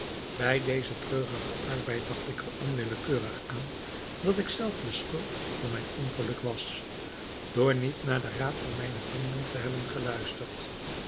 bij dezen treurigen arbeid dacht ik er onwillekeurig aan dat ik zelf de schuld van mijn ongeluk was door niet naar den raad van mijne vrienden te hebben geluisterd